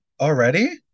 Already